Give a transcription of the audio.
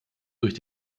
durch